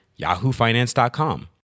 yahoofinance.com